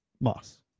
Moss